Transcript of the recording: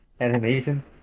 animation